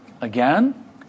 again